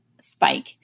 spike